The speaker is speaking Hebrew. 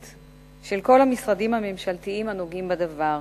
של כל המשרדים הממשלתיים הנוגעים בדבר.